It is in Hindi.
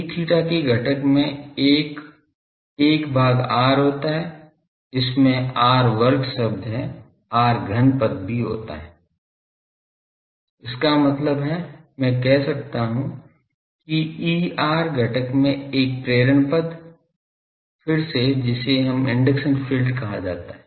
Eθ के घटक में 1 1 भाग r होता है इसमें r वर्ग शब्द r घन पद भी होता है इसका मतलब है मैं कह सकता हूँ कि Er घटक में एक प्रेरण पद फिर से जिसे एक इंडक्शन फील्ड कहा जाता है